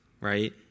right